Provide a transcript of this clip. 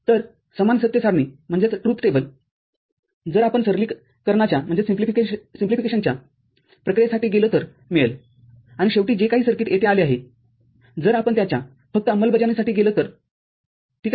तर समान सत्यता सारणीजर आपण सरलीकरणाच्या प्रक्रियेसाठी गेलो तर मिळेल आणि शेवटी जे काही सर्किटयेथे आले आहेजर आपण त्याच्या फक्त अंमलबजावणीसाठी गेलो तर ठीक आहे